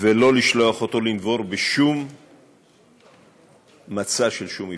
ולא לשלוח אותו לנבור בשום מצע, של שום מפלגה.